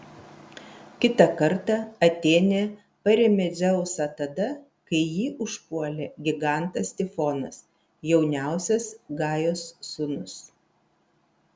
kitą kartą atėnė parėmė dzeusą tada kai jį užpuolė gigantas tifonas jauniausias gajos sūnus